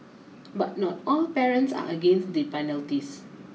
but not all parents are against the penalties